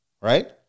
right